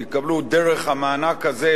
דרך המענק הזה,